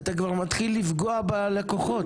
אתה כבר מתחיל לפגוע בלקוחות.